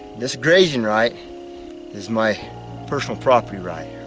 this grazing right is my personal property right.